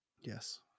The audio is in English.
Yes